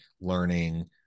learning